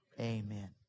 Amen